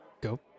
Go